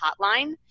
hotline